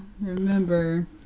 remember